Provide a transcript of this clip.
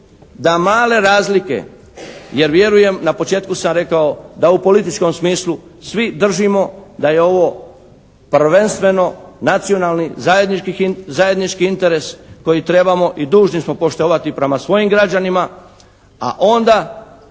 da male razlike jer vjerujem, na početku sam rekao da u političkom smislu svi držimo da je ovo prvenstveno nacionalni zajednički interes koji trebamo i dužni smo poštovati prema svojim građanima, a onda